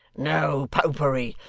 no popery!